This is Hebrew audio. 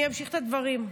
אני אמשיך את הדברים.